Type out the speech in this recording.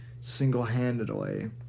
single-handedly